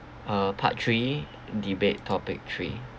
uh part three debate topic three